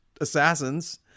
assassins